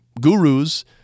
gurus